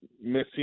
missing